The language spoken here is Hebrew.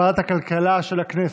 לוועדת הכלכלה נתקבלה.